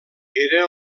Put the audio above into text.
era